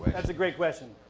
that's a great question.